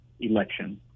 election